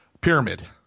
Pyramid